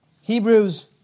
Hebrews